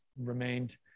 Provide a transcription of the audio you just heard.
remained